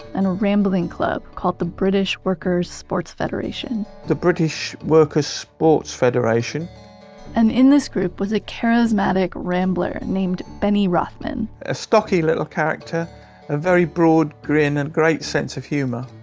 and a rambling club called, the british workers sports federation the british workers sports federation and in this group was a charismatic rambler named benny rothman a stocky little character with a very broad grin and great sense of humor,